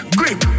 grip